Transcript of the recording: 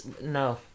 No